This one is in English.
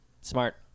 Smart